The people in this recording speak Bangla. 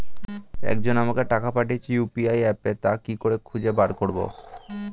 একজন আমাকে টাকা পাঠিয়েছে ইউ.পি.আই অ্যাপে তা কি করে খুঁজে বার করব?